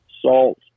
salt